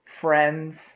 friends